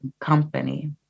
company